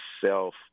self